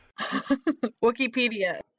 Wikipedia